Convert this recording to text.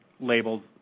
labels